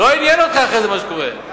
לא עניין אותך אחרי זה מה שקורה.